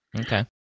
Okay